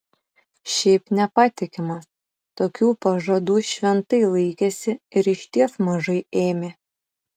šiaip nepatikimas tokių pažadų šventai laikėsi ir išties mažai ėmė